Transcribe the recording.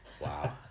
wow